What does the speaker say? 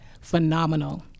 phenomenal